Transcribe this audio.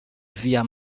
via